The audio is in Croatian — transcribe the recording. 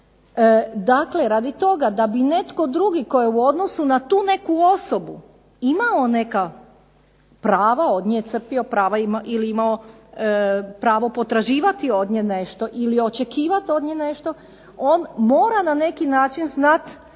Dakle radi toga da bi netko drugi tko je u odnosu na tu neku osobu imao neka prava od nje crpio prava ili imao pravo potraživati od nje nešto ili očekivati od nje nešto, on mora na neki način znati